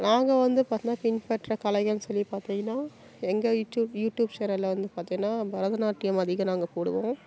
நாங்கள் வந்து பார்த்தின்னா பின்பற்றுகிற கலைகள்னு சொல்லி பார்த்திங்கன்னா எங்கள் யூடியூப் யூடியூப் சேனலில் வந்து பார்த்திங்கன்னா பரதநாட்டியம் அதிகம் நாங்கள் போடுவோம்